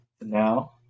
now